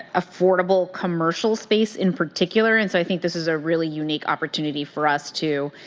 affordable commercial space in particular, and so i think this is a really unique opportunity for us to